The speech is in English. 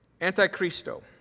Antichristo